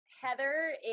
Heather